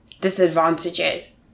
Disadvantages